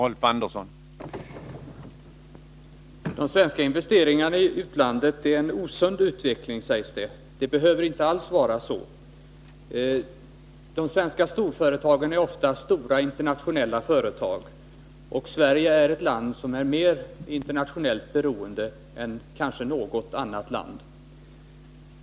Herr talman! De svenska investeringarna i utlandet är en osund utveckling, sägs det. Det behöver inte alls vara så. De svenska storföretagen är ofta storinternationella företag och Sverige är ett land som är mer internationellt beroende än kanske något annat land.